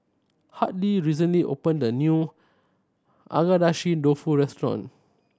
Hartley recently opened a new Agedashi Dofu restaurant